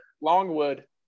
longwood